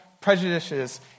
prejudices